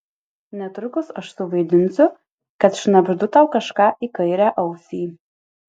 netrukus aš suvaidinsiu kad šnabždu tau kažką į kairę ausį